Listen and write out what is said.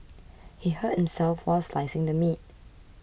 he hurt himself while slicing the meat